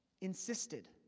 insisted